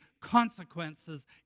consequences